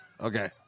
Okay